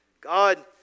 God